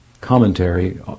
commentary